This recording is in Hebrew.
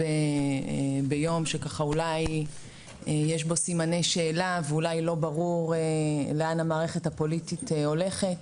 ביום שאולי יש בו סימני שאלה ואולי לא ברור לאן המערכת הפוליטית הולכת,